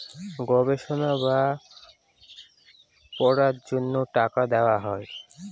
গবেষণা বা পড়ার জন্য টাকা দেওয়া হয়